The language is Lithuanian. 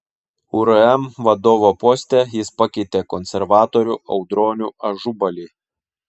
urm vadovo poste jis pakeitė konservatorių audronių ažubalį